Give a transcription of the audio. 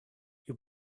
you